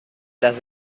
las